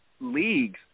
leagues